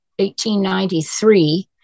1893